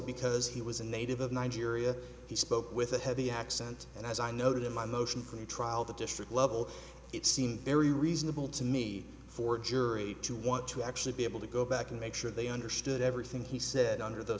because he was a native of nigeria he spoke with a heavy accent and as i noted in my motion for the trial the district level it seemed very reasonable to me for a jury to want to actually be able to go back and make sure they understood everything he said under th